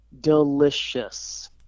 delicious